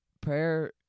prayer